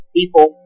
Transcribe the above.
people